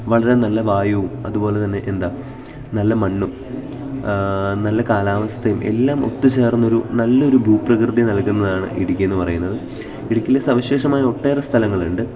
വളരെ നല്ല വായുവും അതുപോലെ തന്നെ എന്താ നല്ല മണ്ണും നല്ല കാലാവസ്ഥയും എല്ലാം ഒത്തു ചേർന്നൊരു നല്ലൊരു ഭൂപ്രകൃതി നൽകുന്നതാണ് ഇടുക്കിയെന്നു പറയുന്നത് ഇടുക്കിയില് സവിശേഷമായ ഒട്ടേറെ സ്ഥലങ്ങളുണ്ട്